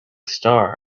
star